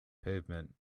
pavement